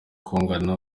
kungana